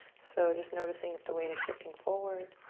so just noticing if the weight is shifting forward